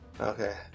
Okay